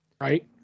Right